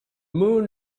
moon